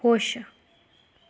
खुश